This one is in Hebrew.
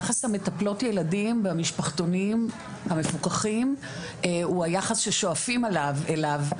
יחס המטפלות ילדים במשפחתונים המפוקחים הוא היחס ששואפים אליו,